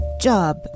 job